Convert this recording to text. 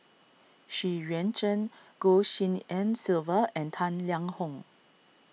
Xu Yuan Zhen Goh Tshin En Sylvia and Tang Liang Hong